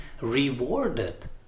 rewarded